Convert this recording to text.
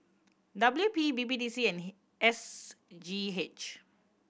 W P B B D C and S G H